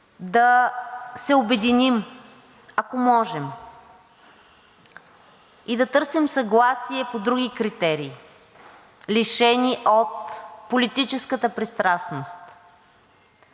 да се обединим, ако можем, и да търсим съгласие по други критерии – критерии, лишени от политическа пристрастност,